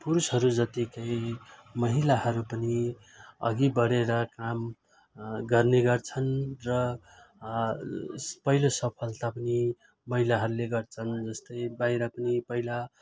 पुरुषहरू जत्तिकै महिलाहरू पनि अघि बढेर काम गर्ने गर्छन् र पहिलो सफलता पनि महिलाहरूले गर्छन् जस्तै बाहिर पनि पहिला